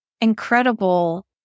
incredible